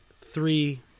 three